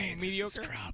mediocre